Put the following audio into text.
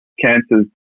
Cancers